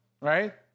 right